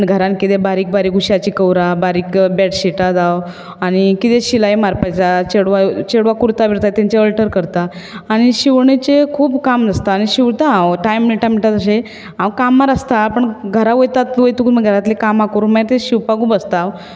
आनी घरांत कितें बारीक बारीक उशाचीं कवरां बारीक बॅडशिटां जावं आनी कितें शिलाय मारपाचें आसा चेडवां चेडवाक कुर्ता बिर्ता तांचे ऑल्टर करता आनी शिंवणीचें खूब काम नासता आनी शिंवता हांव टायम मेळटा मेळटा तशें हांव कामार आसता पूण घरा वयता वयतकूत मागीर घरातलें कामां करून मागीर तें शिंवपाकूय बसता हांव